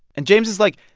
and james is like,